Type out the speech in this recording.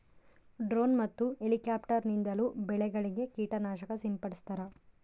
drone ಮತ್ತು helicopter ನಿಂದಲೂ ಬೆಳೆಗಳಿಗೆ ಕೀಟ ನಾಶಕ ಸಿಂಪಡಿಸ್ತಾರ